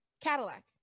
Cadillac